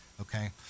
okay